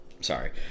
sorry